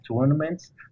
tournaments